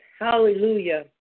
Hallelujah